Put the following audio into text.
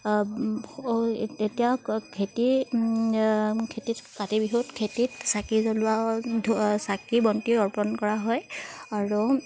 এতিয়া খেতি খেতিত কাতি বিহুত খেতিত চাকি জ্বলোৱা ধ চাকি বন্তি অৰ্পণ কৰা হয় আৰু